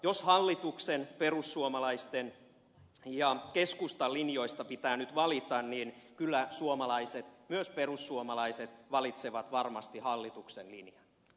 jos hallituksen perussuomalaisten ja keskustan linjoista pitää nyt valita niin kyllä suomalaiset myös perussuomalaiset valitsevat varmasti hallituksen linjan